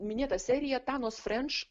minėtą serija tanos frenč